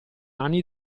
anni